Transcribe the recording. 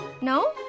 No